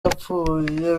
apfuye